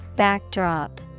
Backdrop